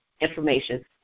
information